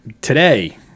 Today